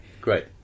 Great